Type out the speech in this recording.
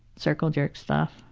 circle jerk stuff.